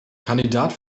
kandidat